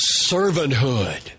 servanthood